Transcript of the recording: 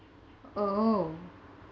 oh